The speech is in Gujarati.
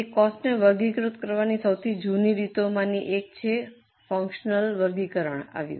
તે કોસ્ટને વર્ગીકૃત કરવાની સૌથી જૂની રીતોમાંની એક છે પછી ફંકશનલ વર્ગીકરણ આવ્યું